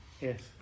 Yes